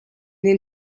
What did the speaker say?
den